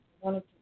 wanted